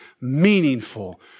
meaningful